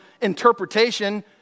interpretation